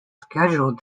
scheduled